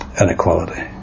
inequality